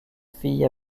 filles